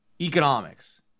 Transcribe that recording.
economics